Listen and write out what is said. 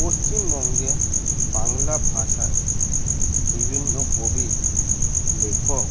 পশ্চিমবঙ্গে বাংলা ভাষায় বিভিন্ন কবি লেখক